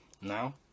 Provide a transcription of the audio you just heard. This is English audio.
now